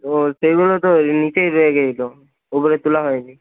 ও সেগুলো তো নিচেই রয়ে গেছিলো ওগুলো তোলা হয় নি